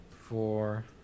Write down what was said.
four